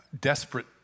desperate